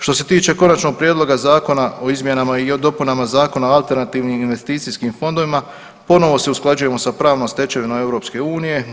Što se tiče Konačnog prijedloga zakona o izmjenama i dopunama Zakona o alternativnim investicijskim fondovima, ponovno se usklađujemo sa pravnom stečevinom EU-a.